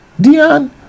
Dion